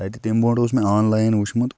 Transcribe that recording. تَتہِ تَمہِ برٛونٛٹھ اوس مےٚ آنلاین وٕچھمُت